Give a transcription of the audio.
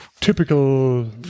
typical